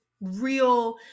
real